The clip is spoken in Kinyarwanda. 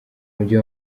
mujyi